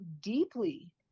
deeply